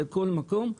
לכל מקום.